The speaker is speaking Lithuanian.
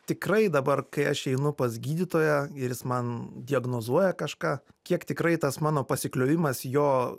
tikrai dabar kai aš einu pas gydytoją ir jis man diagnozuoja kažką kiek tikrai tas mano pasikliovimas jo